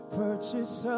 purchase